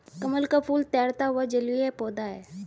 कमल का फूल तैरता हुआ जलीय पौधा है